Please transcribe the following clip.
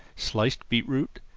sliced beet-root,